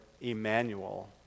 Emmanuel